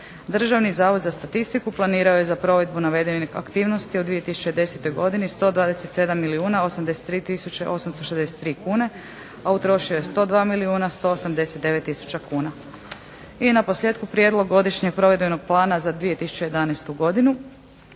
dRžavni zavod za statistiku planirao je za provedbu navedenih aktivnosti u 2010. godini 127 milijuna 83 tisuće 863 kune, a utrošio je 102 milijuna 189 tisuća kuna. I na posljetku prijedlog provedbenog godišnjeg plana za 2011. godinu.